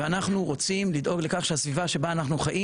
ואנחנו רוצים לדאוג לכך שהסביבה שבה אנחנו חיים